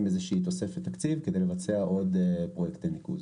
איזושהי תוספת תקציב כדי לבצע עוד פרויקטי ניקוז.